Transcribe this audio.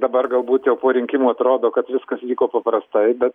dabar galbūt jau po rinkimų atrodo kad viskas vyko paprastai bet